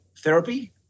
therapy